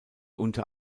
unter